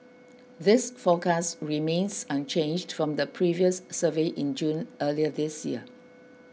this forecast remains unchanged from the previous survey in June earlier this year